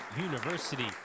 University